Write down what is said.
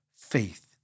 faith